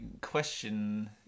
question